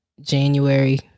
January